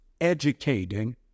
educating